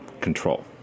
control